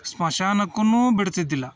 ಸ್ಮಶಾನಕ್ಕೂ ಬಿಡ್ತಿದ್ದಿಲ್ಲ